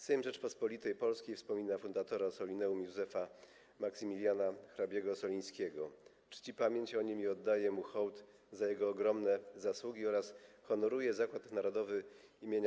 Sejm Rzeczypospolitej Polskiej wspomina fundatora Ossolineum - Józefa Maksymiliana hr. Ossolińskiego, czci pamięć o nim i oddaje mu hołd za jego ogromne zasługi oraz honoruje Zakład Narodowy im.